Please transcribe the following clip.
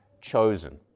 chosen